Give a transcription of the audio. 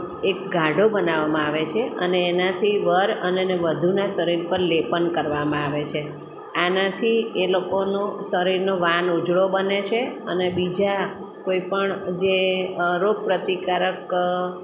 એક ગાઢો બનાવામાં આવે છે અને એનાથી વર અનેને વધુનાં શરીર પર લેપન કરવામાં આવે છે આનાથી એ લોકોનો શરીરનો વાન ઉજળો બને છે અને બીજા કોઇ પણ જે રોગ પ્રતિકારક